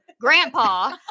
grandpa